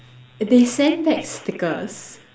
they sent back stickers